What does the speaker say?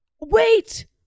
Wait